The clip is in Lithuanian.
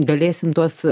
galėsim tuos